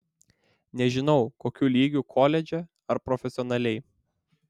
nežinau kokiu lygiu koledže ar profesionaliai